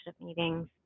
meetings